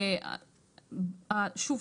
שוב,